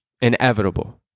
inevitable